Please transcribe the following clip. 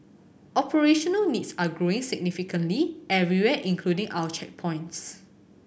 operational needs are growing significantly everywhere including our checkpoints